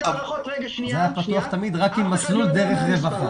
זה היה פתוח תמיד רק עם מסלול דרך רווחה.